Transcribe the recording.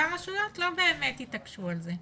והרשויות לא באמת התעקשו על זה.